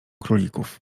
królików